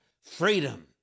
freedom